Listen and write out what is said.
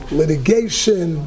litigation